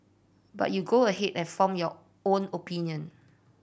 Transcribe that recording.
but you go ahead and form your own opinion